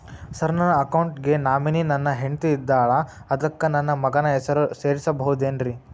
Sir ನನ್ನ account ಗೆ nominee ನನ್ನ ಹೆಂಡ್ತಿ ಇದ್ದಾಳ ಅದಕ್ಕ ನನ್ನ ಮಗನ ಹೆಸರು ಸೇರಸಬಹುದೇನ್ರಿ?